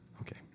Okay